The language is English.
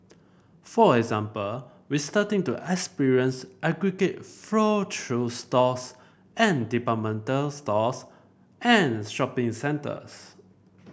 for example we starting to experience aggregate flow through stores and departmental stores and shopping centres